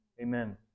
Amen